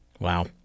Wow